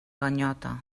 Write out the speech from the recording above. ganyota